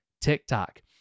TikTok